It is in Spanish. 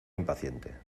impaciente